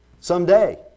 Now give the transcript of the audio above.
someday